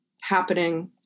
happening